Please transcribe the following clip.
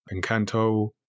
Encanto